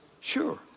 sure